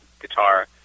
guitar